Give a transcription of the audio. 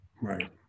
Right